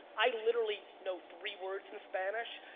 i literally know three words in spanish.